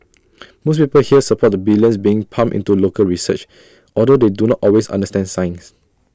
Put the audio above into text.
most people here support the billions being pumped into local research although they do not always understand science